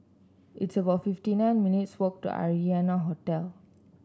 it's about fifty nine minutes' walk to Arianna Hotel